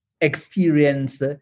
experience